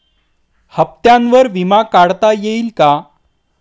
हप्त्यांवर विमा काढता येईल का?